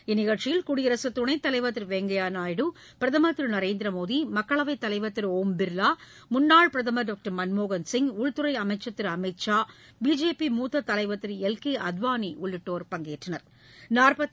இந்நிகழ்ச்சியில் குடியரசு துணைத்தலைவா் திரு வெங்கையா நாயுடு பிரதமா் திரு நரேந்திரமோடி மக்களவைத் தலைவர் திரு ஒம் பிர்வா முன்னாள் பிரதமர் டாக்டர் மன்மோகன்சிய் உள்துறை அமைச்சர் திரு அமித்ஷா பிஜேபி மூத்த தலைவா் திரு எல் கே அத்வானி உள்ளிட்டோா் பங்கேற்றனா்